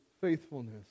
faithfulness